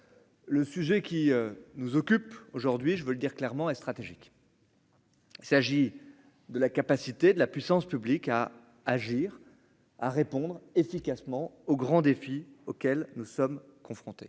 le sujet qui nous occupe aujourd'hui, je veux le dire clairement et stratégique. S'agit de la capacité de la puissance publique à agir à répondre efficacement aux grands défis auxquels nous sommes confrontés